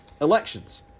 Elections